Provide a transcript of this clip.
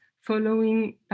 following